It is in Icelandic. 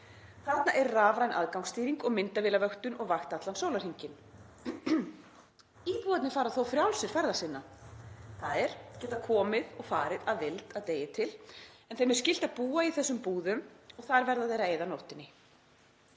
Þarna er rafræn aðgangsstýring og myndavélavöktun og vakt allan sólarhringinn. Íbúarnir fara þó frjálsir ferða sinna, þ.e. geta komið og farið að vild að degi til, en þeim er skylt að búa í þessum búðum og þar verða þeir að eyða nóttinni.